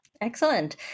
Excellent